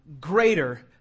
greater